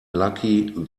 lucky